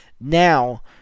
now